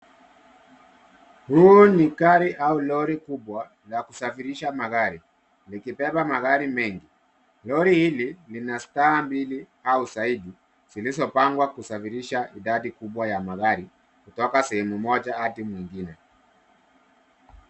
Huu ni gari au lori kubwa la kusafirisha magari. Likibeba magari mengi. Lori hili lina staha mbili au zaidi zilizopangwa kusagirisha idadi kubwa ya magari kutoka sehemu moja hadi nyingine.